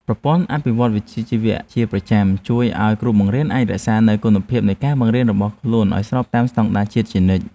ប្រព័ន្ធអភិវឌ្ឍវិជ្ជាជីវៈជាប្រចាំជួយឱ្យគ្រូបង្រៀនអាចរក្សានូវគុណភាពនៃការបង្រៀនរបស់ខ្លួនឱ្យស្របតាមស្តង់ដារជាតិជានិច្ច។